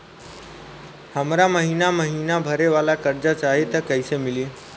हमरा महिना महीना भरे वाला कर्जा चाही त कईसे मिली?